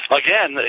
again